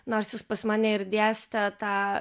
nors jis pas mane ir dėste tą